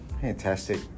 Fantastic